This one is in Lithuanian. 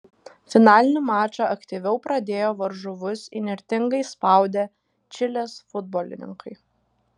finalinį mačą aktyviau pradėjo varžovus įnirtingai spaudę čilės futbolininkai